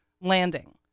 landing